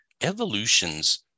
evolution's